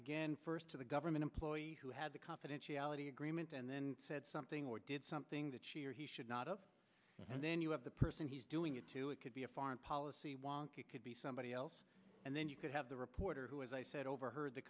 again first to the government employee who had the confidentiality agreement and then said something or did something that she or he should not of and then you have the person he's doing it to it could be a foreign policy wonk it could be somebody else and then you could have the rip order who as i said overheard the